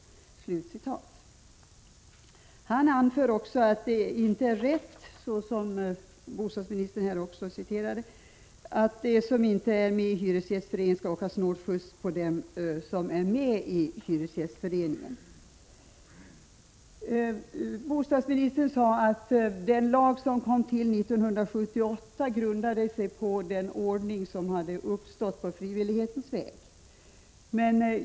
Han anför också — som bostadsministern citerade — att det inte är rätt att de som inte är med i hyresgästföreningen skall åka snålskjuts på dem som är med. Bostadsministern sade att den lag som kom till 1978 grundade sig på den ordning som hade uppstått på frivillighetens väg.